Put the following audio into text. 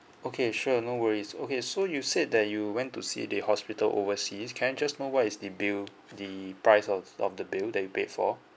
okay sure no worries okay so you said that you went to see the hospital overseas can I just know what is the bill the price of of the bill that you paid for